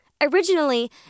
Originally